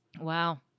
Wow